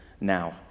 now